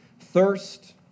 thirst